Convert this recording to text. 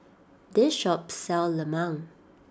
this shop sells Lemang